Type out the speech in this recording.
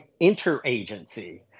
interagency